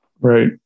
Right